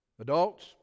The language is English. Adults